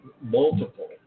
multiple